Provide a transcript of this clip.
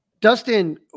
Dustin